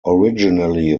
originally